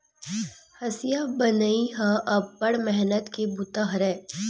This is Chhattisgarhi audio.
हँसिया बनई ह अब्बड़ मेहनत के बूता हरय